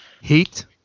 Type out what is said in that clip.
Heat